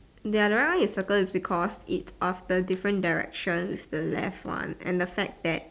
their round is circle is because it's of the different direction it's the left one and the fact that